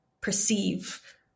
perceive